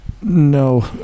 no